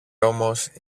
όμως